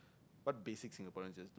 what basic Singaporeans is